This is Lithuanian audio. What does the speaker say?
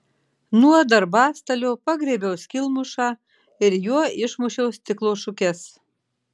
nuo darbastalio pagriebiau skylmušą ir juo išmušiau stiklo šukes